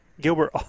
Gilbert